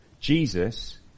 Jesus